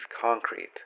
concrete